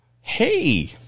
hey